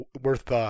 worth